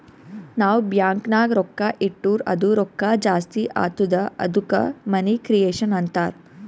ನಾವ್ ಬ್ಯಾಂಕ್ ನಾಗ್ ರೊಕ್ಕಾ ಇಟ್ಟುರ್ ಅದು ರೊಕ್ಕಾ ಜಾಸ್ತಿ ಆತ್ತುದ ಅದ್ದುಕ ಮನಿ ಕ್ರಿಯೇಷನ್ ಅಂತಾರ್